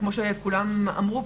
וכמו שכולם אמרו,